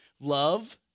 Love